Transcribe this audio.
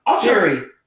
Siri